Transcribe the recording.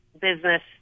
business